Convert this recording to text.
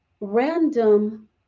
random